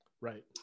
Right